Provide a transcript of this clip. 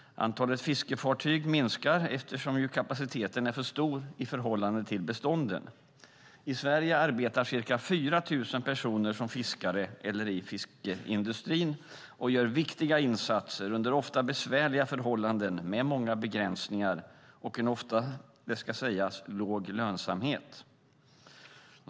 Antalet fiskefartyg minskar, eftersom kapaciteten är för stor i förhållande till bestånden. I Sverige arbetar ca 4 000 personer som fiskare eller i fiskeindustrin och gör viktiga insatser under ofta besvärliga förhållanden med många begränsningar. Och det är ofta - det ska sägas - en låg lönsamhet.